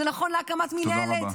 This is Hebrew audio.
זה נכון להקמת מינהלת,